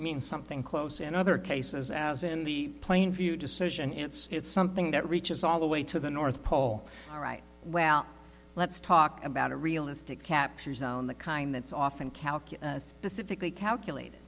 means something close in other cases as in the plainview decision it's something that reaches all the way to the north pole all right well let's talk about a realistic capture zone the kind that's often kalki specifically calculate